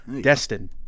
Destin